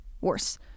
worse